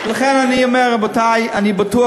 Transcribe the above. לכן אני אומר, רבותי, אני בטוח